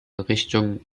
richtung